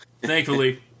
thankfully